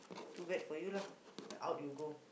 too bad for you lah out you go